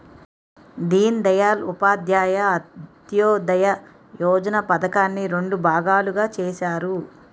దీన్ దయాల్ ఉపాధ్యాయ అంత్యోదయ యోజన పధకాన్ని రెండు భాగాలుగా చేసారు